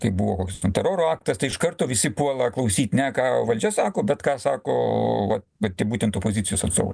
kai buvo teroro aktas tai iš karto visi puola klausyt ne ką valdžia sako bet ką sako va va tie būtent opozicijos atstovai